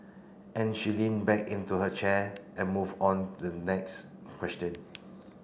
and she leaned back into her chair and moved on the next question